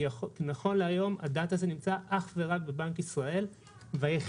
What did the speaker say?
כי נכון להיום הדאטה הזאת נמצאת אך ורק בבנק ישראל והיחידים